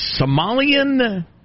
Somalian